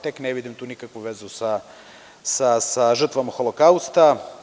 Tek ne vidim tu nikakvu vezu sa žrtvama Holokausta.